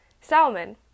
salmon